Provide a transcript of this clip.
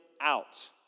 out